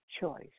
choice